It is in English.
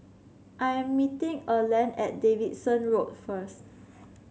I am meeting Erland at Davidson Road first